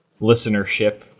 listenership